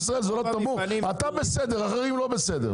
אתה בסדר, אחרים לא בסדר.